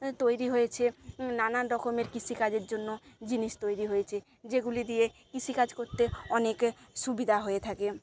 তৈরি হয়েছে নানান রকমের কৃষিকাজের জন্য জিনিস তৈরি হয়েছে যেগুলি দিয়ে কৃষিকাজ করতে অনেক সুবিধা হয়ে থাকে